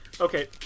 Okay